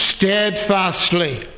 steadfastly